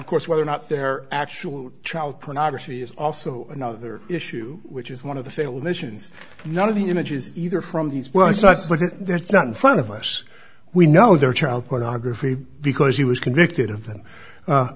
of course whether or not they're actual child pornography is also another issue which is one of the failed missions none of the images either from these well it's not but that's not in front of us we know there are child pornography because he was convicted of them